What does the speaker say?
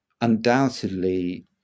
undoubtedly